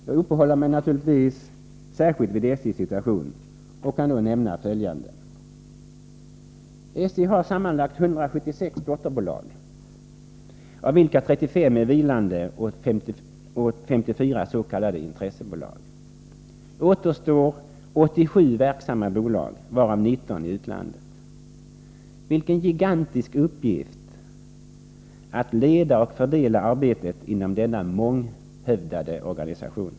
Jag uppehåller mig naturligtvis särskilt vid SJ:s situation och kan då nämna följande: SJ har sammanlagt 176 dotterbolag, av vilka 35 är vilande och 54 s.k. intressebolag. Återstår 87 verksamma bolag, varav 19 i utlandet. Vilken gigantisk uppgift att leda och fördela arbetet inom denna månghövdade organisation!